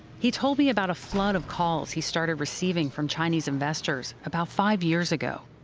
he told me about a flood of calls he started receiving from chinese investors about five years ago.